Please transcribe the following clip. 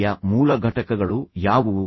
ಯ ಮೂಲ ಘಟಕಗಳು ಯಾವುವು